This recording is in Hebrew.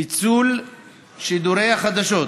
פיצול שידורי החדשות